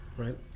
Right